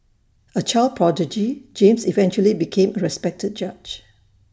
A child prodigy James eventually became A respected judge